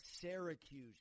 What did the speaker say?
Syracuse